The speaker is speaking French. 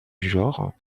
genre